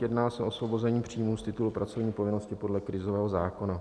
Jedná se o osvobození příjmů z titulu pracovní povinnosti podle krizového zákona.